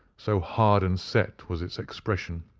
so hard and set was its expression,